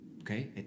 Okay